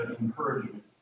encouragement